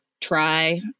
try